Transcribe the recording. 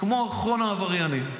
כמו אחרון העבריינים.